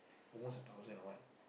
almost a thousand or what